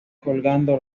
colgando